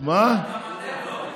גם אתם לא.